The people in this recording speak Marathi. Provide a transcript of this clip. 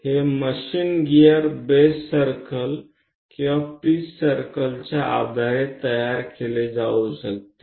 हे मशीन गिअर बेस सर्कल किंवा पिच सर्कलच्या आधारे तयार केले जाऊ शकते